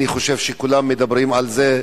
אני חושב שכולם מדברים על זה,